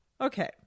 Okay